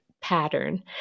pattern